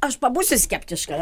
aš pabūsiu skeptiška